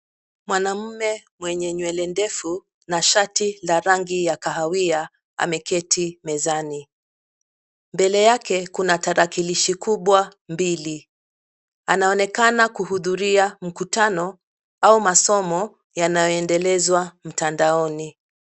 Mwanamume mwenye nywele ndefu na shati la rangi ya kahawia ameketi mezani. Mbele yake kuna tarakilishi kubwa mbili. Anaonekana kuhudhuria mkutano au masomo yanayoendelezwa mtandaoni.